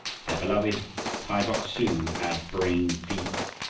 their beloved kai bok-su had brain fever.